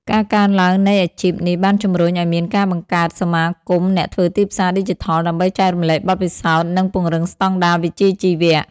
ការកើនឡើងនៃអាជីពនេះបានជំរុញឱ្យមានការបង្កើតសមាគមអ្នកធ្វើទីផ្សារឌីជីថល ដើម្បីចែករំលែកបទពិសោធន៍ និងពង្រឹងស្តង់ដារវិជ្ជាជីវៈ។